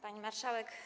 Pani Marszałek!